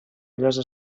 llosa